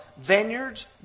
Vineyards